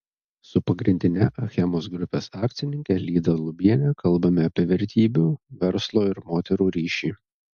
su pagrindine achemos grupės akcininke lyda lubiene kalbame apie vertybių verslo ir moterų ryšį